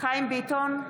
חיים ביטון,